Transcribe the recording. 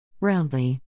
Roundly